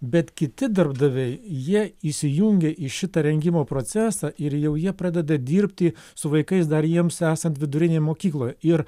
bet kiti darbdaviai jie įsijungia į šitą rengimo procesą ir jau jie pradeda dirbti su vaikais dar jiems esant vidurinėj mokykloj ir